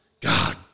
God